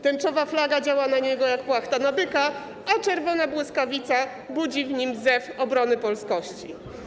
Tęczowa flaga działa na niego jak płachta na byka, a czerwona błyskawica budzi w nim zew obrony polskości.